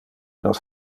nos